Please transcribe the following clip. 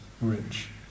rich